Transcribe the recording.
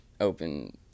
open